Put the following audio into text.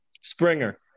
Springer